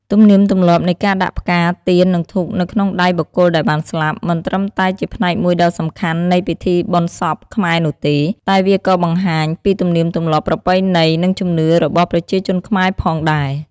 ទំនៀមទម្លាប់នៃការដាក់ផ្កា ទៀន និងធូបនៅក្នុងដៃបុគ្គលដែលបានស្លាប់ មិនត្រឹមតែជាផ្នែកមួយដ៏សំខាន់នៃពិធីបុណ្យសពខ្មែរនោះទេ តែវាក៏បានបង្ហាញពីទំនៀមទម្លាប់ប្រពៃណី និងជំនឿរបស់ប្រជាជនខ្មែរផងដែរ ។